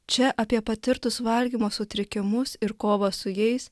čia apie patirtus valgymo sutrikimus ir kovą su jais